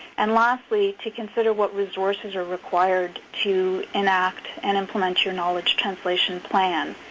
and lastly, to consider what resources are required to enact and implement your knowledge translation plan.